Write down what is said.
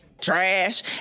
trash